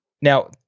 Now